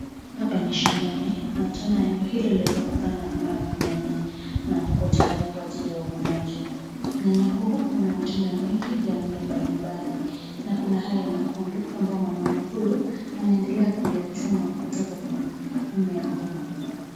Hapa ni shambani na twaona eneo hili waweza kupanda mmea wa mnyanya na uko tayari kwa uvunaji. Nyanya huu una matunda mengi ya rangi mbalimbali na kuna haya mekundu ambaye mwanaume huyu anaendelea kuyachuma kutoka kwenye mmea huo.